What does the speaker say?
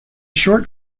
short